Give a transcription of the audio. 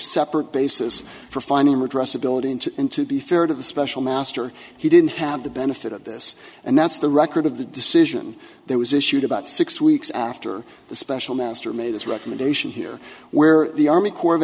separate basis for finding redress ability into to be fair to the special master he didn't have the benefit of this and that's the record of the decision that was issued about six weeks after the special master made this recommendation here where the army corps of